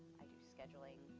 i do scheduling,